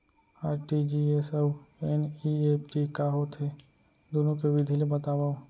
RTGS अऊ NEFT का होथे, दुनो के विधि ला बतावव